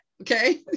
okay